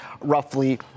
roughly